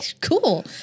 cool